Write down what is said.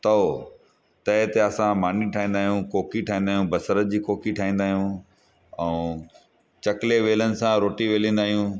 तओ तए ते असां मानी ठाहींदा आहियूं कोकी ठाहींदा आहियूं बसर जी कोकी ठाहींदा आहियूं ऐं चकले बेलण सां रोटी खे वेलींदा आहियूं